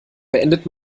beendet